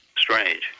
strange